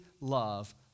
love